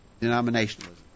Denominationalism